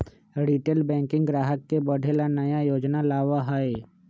retail banking ग्राहक के बढ़े ला नया योजना लावा हई